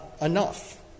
enough